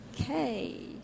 Okay